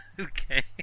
Okay